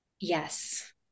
Yes